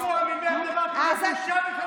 לשמוע ממך דבר כזה זה בושה וחרפה.